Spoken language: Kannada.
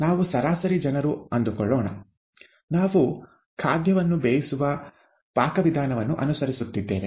ನಾವು ಸರಾಸರಿ ಜನರು ಎಂದುಕೊಳ್ಳೋಣ ನಾವು ಖಾದ್ಯವನ್ನು ಬೇಯಿಸುವ ಪಾಕವಿಧಾನವನ್ನು ಅನುಸರಿಸುತ್ತಿದ್ದೇವೆ